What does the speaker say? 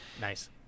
Nice